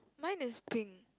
mine is pink